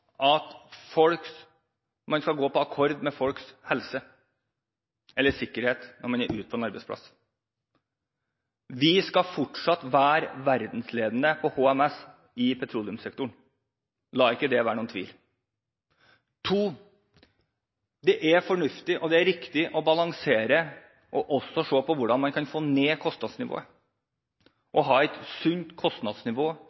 man skal gå på akkord med folks helse eller sikkerhet når man er ute på en arbeidsplass. Vi skal fortsatt være verdensledende på HMS i petroleumssektoren. La det ikke herske noen tvil om det! Det er fornuftig og riktig å balansere og se på hvordan man kan få ned kostnadsnivået,